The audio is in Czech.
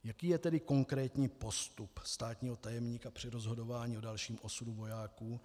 Jaký je tedy konkrétní postup státního tajemníka při rozhodování o dalším osudu vojáků?